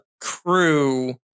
crew